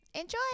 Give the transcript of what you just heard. Enjoy